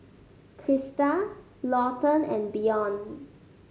Krysta Lawton and Bjorn